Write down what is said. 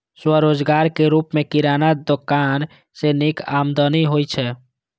स्वरोजगारक रूप मे किराना दोकान सं नीक आमदनी होइ छै